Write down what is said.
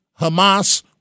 Hamas